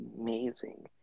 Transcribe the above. amazing